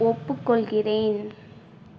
ஒப்புக்கொள்கிறேன்